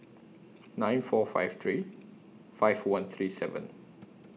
nine four five three five one three seven